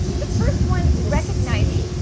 the first one, recognizing,